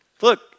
Look